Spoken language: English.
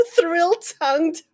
Thrill-tongued